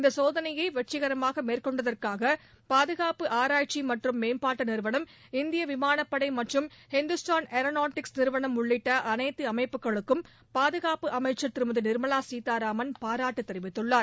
இந்த சோதனையை வெற்றிகரமாக மேற்கொண்டதற்காக பாதுகாப்பு ஆராய்ச்சி மற்றும் மேம்பாட்டு நிறுவனம் இந்திய விமானப்படை மற்றும் இந்துஸ்தான் ஏரோனாட்டிக்ஸ் நிறுவனம் உள்ளிட்ட அனைத்து அமைப்புகளுக்கும் பாதுகாப்பு அமைச்ச் திருமதி நிர்மலா சீதாராமன் பாராட்டு தெரிவித்துள்ளார்